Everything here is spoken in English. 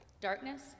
darkness